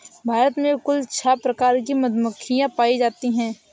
भारत में कुल छः प्रकार की मधुमक्खियां पायी जातीं है